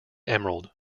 emerald